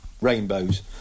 Rainbows